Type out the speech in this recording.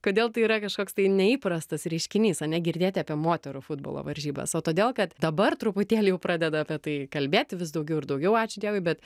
kodėl tai yra kažkoks tai neįprastas reiškinys ane girdėt apie moterų futbolo varžybas o todėl kad dabar truputėlį jau pradeda apie tai kalbėti vis daugiau ir daugiau ačiū dievui bet